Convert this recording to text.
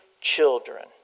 children